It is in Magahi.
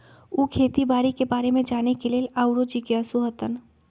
उ खेती बाड़ी के बारे में जाने के लेल आउरो जिज्ञासु हतन